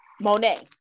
Monet